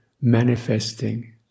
manifesting